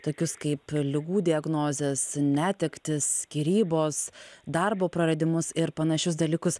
tokius kaip ligų diagnozės netektys skyrybos darbo praradimus ir panašius dalykus